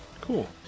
Cool